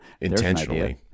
intentionally